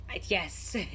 yes